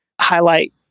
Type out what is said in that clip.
highlight